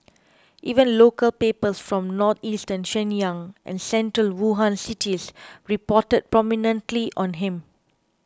even local papers from northeastern Shenyang and central Wuhan cities reported prominently on him